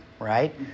right